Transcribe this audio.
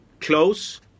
close